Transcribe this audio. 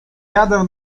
jadę